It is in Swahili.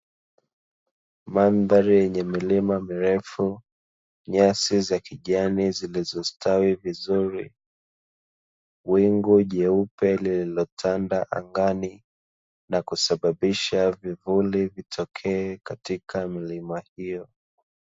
Mandhari yenye milima mirefu, nyasi za kijani zilizostawi vizuri, wingu jeupe lililotanda angani na kusababisha vivuli vitokee katika milima hiyo.